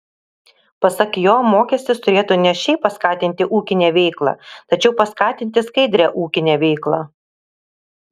pasak jo mokestis turėtų ne šiaip paskatinti ūkinę veiklą tačiau paskatinti skaidrią ūkinę veiklą